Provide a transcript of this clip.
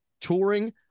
touring